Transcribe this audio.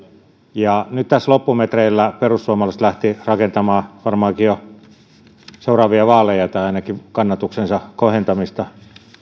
ja nyt tässä loppumetreillä perussuomalaiset lähtivät rakentamaan varmaankin jo seuraavia vaaleja tai ainakin kannatuksensa kohentamista